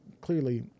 clearly